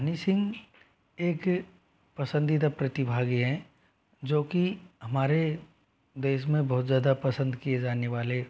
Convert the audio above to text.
हनी सिंह एक पसंदीदा प्रतिभागी हैं जो कि हमारे देश में बहुत ज़्यादा पसंद किए जाने वाले